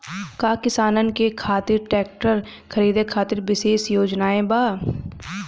का किसानन के खातिर ट्रैक्टर खरीदे खातिर विशेष योजनाएं बा?